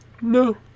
No